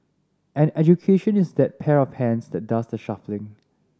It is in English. and education is that pair of hands that does the shuffling